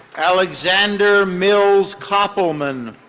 alexander mills copelman.